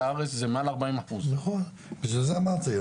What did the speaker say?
הארץ זה מעל 40%. בשביל זה אמרתי,